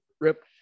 Rip